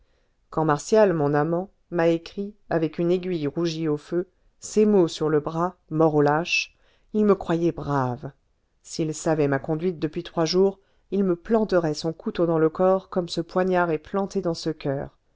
m'a écrit avec une aiguille rougie au feu ces mots sur le bras mort aux lâches il me croyait brave s'il savait ma conduite depuis trois jours il me planterait son couteau dans le corps comme ce poignard est planté dans ce coeur